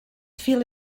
feel